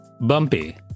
Bumpy